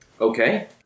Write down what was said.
Okay